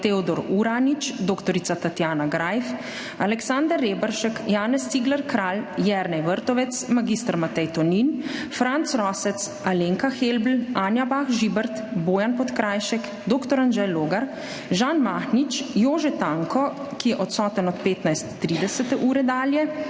Teodor Uranič, dr. Tatjana Greif, Aleksander Reberšek, Janez Cigler Kralj, Jernej Vrtovec, mag. Matej Tonin, Franc Rosec, Alenka Helbl, Anja Bah Žibert, Bojan Podkrajšek, dr. Anže Logar, Žan Mahnič, Jože Tanko, ki je odsoten od 15.30 dalje,